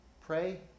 Pray